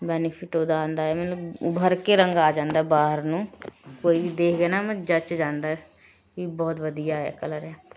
benefit ਉਹਦਾ ਆਉਂਦਾ ਹੈ ਮਤਲਬ ਉੱਬਰ ਕੇ ਰੰਗ ਆ ਜਾਂਦਾ ਬਾਹਰ ਨੂੰ ਕੋਈ ਵੀ ਦੇਖੇ ਨਾ ਉਹਨੂੰ ਜੱਚ ਜਾਂਦਾ ਹੈ ਵੀ ਬਹੁਤ ਵਧੀਆ ਹੈ ਕਲਰ ਹੈ